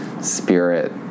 spirit